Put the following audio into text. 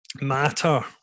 matter